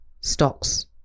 stocks